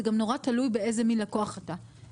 זה גם נורא תלוי באיזה מן לקוח אתה,